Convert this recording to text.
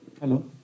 Hello